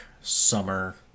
summer